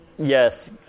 Yes